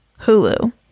Hulu